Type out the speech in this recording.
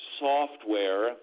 software